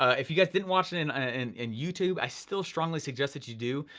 if you guys didn't watch it in ah and in youtube, i still strongly suggest that you do.